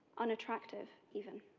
unattractive even.